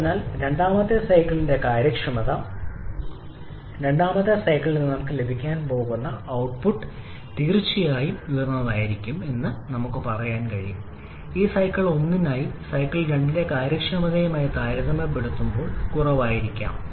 അതിനാൽ രണ്ടാമത്തെ സൈക്കിളിന്റെ കാര്യക്ഷമത രണ്ടാമത്തെ സൈക്കിളിൽ നിന്ന് നമുക്ക് ലഭിക്കാൻ പോകുന്ന ഔട്ട്പുട്ട് തീർച്ചയായും ഉയർന്നതായിരിക്കും എന്ന് നമുക്ക് പറയാൻ കഴിയും ഈ സൈക്കിൾ 1 നായി സൈക്കിൾ 2 ന്റെ കാര്യക്ഷമതയുമായി താരതമ്യപ്പെടുത്തുമ്പോൾ കുറവായിരിക്കും